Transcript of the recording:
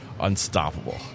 unstoppable